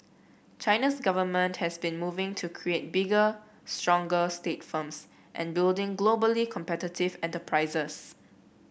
China's government has been moving to create bigger stronger state firms and building globally competitive enterprises